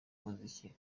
muziki